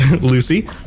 Lucy